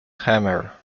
hammer